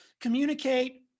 Communicate